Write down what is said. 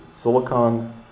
silicon